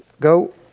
Go